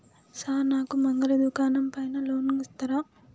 Sir నాకు మంగలి దుకాణం పైన లోన్ ఇత్తరా?